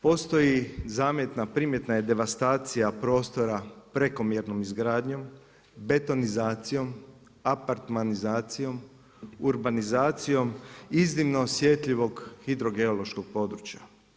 Postoji zametna, primjetna je devastacija prostora prekomjernom izgradnjom, betonizacijom, apartmanizacijom, urbanizacijom, iznimno osjetljivog hidrogeološkog područja.